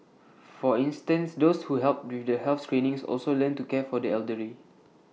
for instance those who helped with the health screenings also learnt to care for the elderly